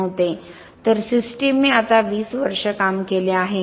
तर सिस्टमने आता 20 वर्षे काम केले आहे